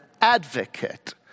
advocate